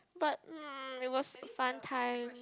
but mm it was fun time